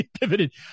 pivoted